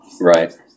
Right